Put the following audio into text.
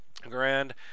Grand